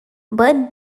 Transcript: budd